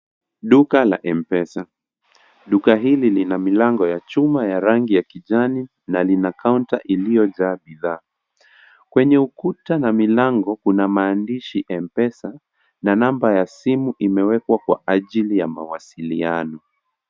Duka la M-pesa , duka hili lina milango ya chuma ya rangi ya kijani na lina kaunta iliojaa bidhaa, kwenye ukuta na milango kuna maandishi M-pesa na namba ya simu imewekwa kwa ajili ya mawasiliano.